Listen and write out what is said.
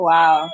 Wow